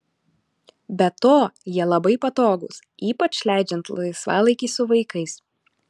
be to jie labai patogūs ypač leidžiant laisvalaikį su vaikais